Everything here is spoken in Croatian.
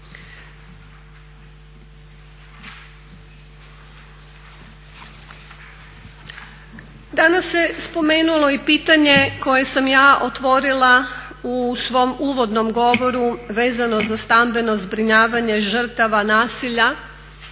Danas se spomenulo i pitanje koje sam ja otvorila u svom uvodnom govoru vezano za stambeno zbrinjavanje žrtava nasilja,